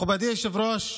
מכובדי היושב-ראש,